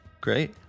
great